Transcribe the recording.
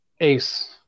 ace